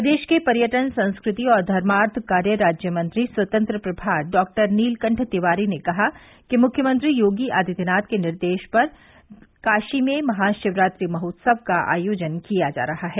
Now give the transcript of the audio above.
प्रदेश के पर्यटन संस्कृति और धर्मार्थ कार्य राज्यमंत्री स्वतंत्र प्रभार डॉक्टर नीलकंठ तिवारी ने कहा कि मुख्यमंत्री योगी आदित्यनाथ के दिशानिर्देश पर काशी में महाशिवरात्रि महोत्सव का आयोजन किया जा रहा है